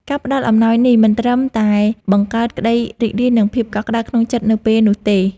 ការផ្តល់អំណោយនេះមិនត្រឹមតែបង្កើតក្តីរីករាយ និងភាពកក់ក្ដៅក្នុងចិត្តនៅពេលនោះទេ